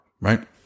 Right